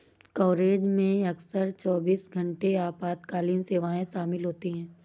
coverage में अक्सर चौबीस घंटे आपातकालीन सेवाएं शामिल होती हैं